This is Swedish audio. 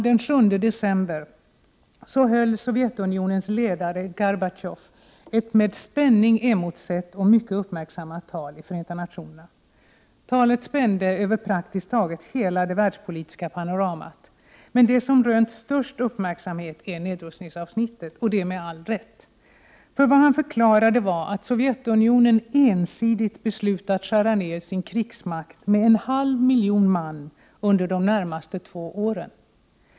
Den 7 december höll Sovjetunionens ledare Gorbatjov ett med spänning emotsett och mycket uppmärksammat tal i Förenta nationerna. Talet spände över praktiskt taget hela det världspolitiska panoramat, men det som rönt den största uppmärksamheten är nedrustningsavsnittet, och det med all rätt. Gorbatjov förklarade att Sovjetunionen ensidigt beslutat skära ned sin krigsmakt med en halv miljon man under de närmaste två åren.